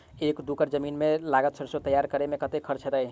दू एकड़ जमीन मे लागल सैरसो तैयार करै मे कतेक खर्च हेतै?